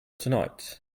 tonight